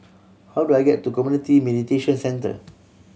how do I get to Community Mediation Centre